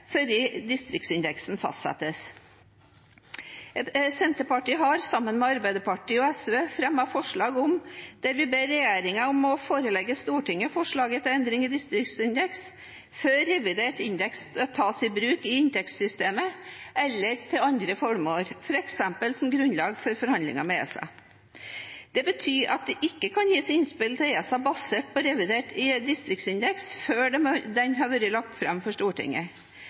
før distriktsindeksen fastsettes. Senterpartiet fremmer, sammen med Arbeiderpartiet og SV, et forslag hvor regjeringen bes om å forelegge Stortinget forslag til endringer i distriktsindeksen før revidert indeks tas i bruk i inntektssystemet eller til andre formål, f.eks. som grunnlag for forhandlinger med ESA. Det betyr at det ikke kan gis innspill til ESA basert på revidert distriktsindeks før den har vært lagt fram for Stortinget.